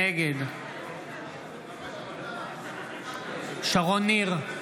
נגד שרון ניר,